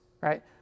right